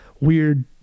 weird